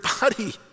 body